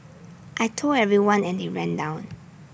I Told everyone and they ran down